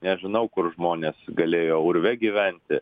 nežinau kur žmonės galėjo urve gyventi